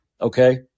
okay